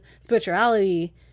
spirituality